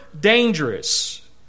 dangerous